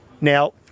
Now